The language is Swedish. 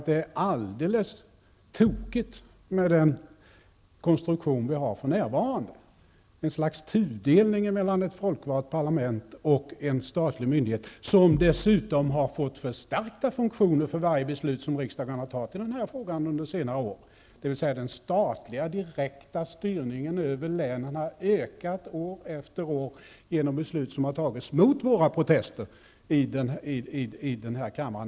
Den nuvarande konstruktionen är helt tokig, med ett slags tudelning mellan ett folkvalt parlament och en statlig myndighet, som dessutom har fått förstärkta funktioner för varje beslut som riksdagen har fattat i denna fråga under senare år. Den statliga, direkta styrningen över länen har alltså ökat år efter år genom beslut som har fattats, mot våra protester, i denna kammare.